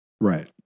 Right